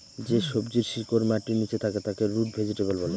যে সবজির শিকড় মাটির নীচে থাকে তাকে রুট ভেজিটেবল বলে